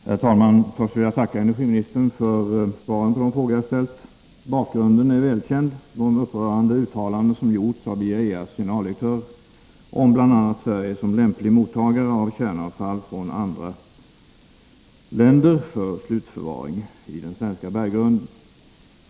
Herr talman! Först vill jag tacka energiministern för svaret på de frågor som jag har ställt. Bakgrunden är välkänd: de upprörande uttalanden som har gjorts av IAEA:s generaldirektör om bl.a. Sverige såsom lämplig mottagare av kärnkraftsavfall från andra länder för slutförvaring i den svenska berggrunden.